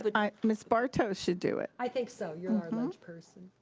but i, ms. barto should do it. i think so, you're our at-large person.